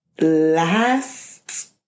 last